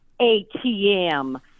ATM